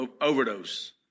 overdose